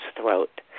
throat